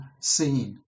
scene